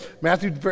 Matthew